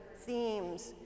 themes